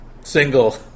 single